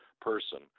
person